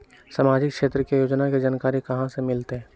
सामाजिक क्षेत्र के योजना के जानकारी कहाँ से मिलतै?